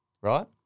right